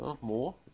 More